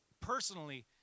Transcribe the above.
personally